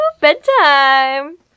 bedtime